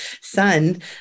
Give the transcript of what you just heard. son